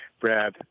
Brad